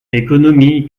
économie